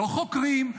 לא חוקרים,